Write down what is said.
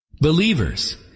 Believers